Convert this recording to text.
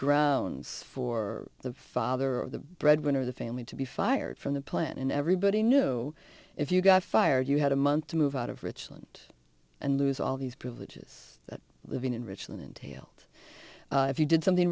grounds for the father of the breadwinner of the family to be fired from the plant and everybody knew if you got fired you had a month to move out of richland and lose all these privileges that living in richland entailed if you did something